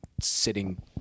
Sitting